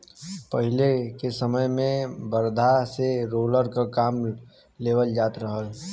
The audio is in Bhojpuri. पहिले के समय में बरधा से रोलर क काम लेवल जात रहल